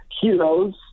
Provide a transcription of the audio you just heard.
heroes